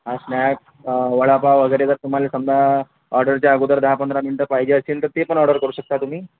हो स्नॅक वडापाव वगैरे जर तुम्हाला समजा ऑर्डरच्या अगोदर दहा पंधरा मिनिटं पाहिजे असेल तर ते पण ऑर्डर करू शकता तुम्ही